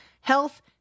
health